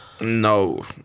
no